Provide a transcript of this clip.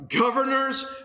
governors